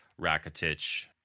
Rakitic